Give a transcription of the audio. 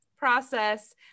process